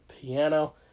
piano